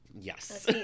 Yes